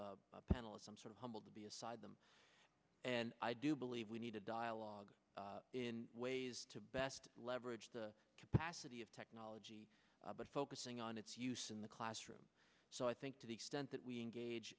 panels some sort of humbled to be aside them and i do believe we need a dialogue in ways to best leverage the capacity of technology but focusing on its use in the classroom so i think to the extent that we engage